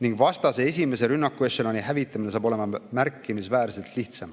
ning vastase esimese rünnakuešeloni hävitamine saab olema märkimisväärselt lihtsam.